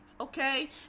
okay